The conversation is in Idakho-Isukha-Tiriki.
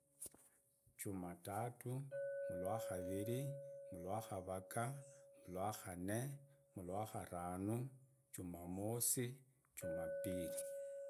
Jumatatu, miwakavirii, miwakaragaa, miwakanne, miwakarano, jumamosi jumapili.